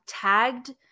tagged